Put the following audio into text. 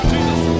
Jesus